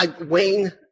Wayne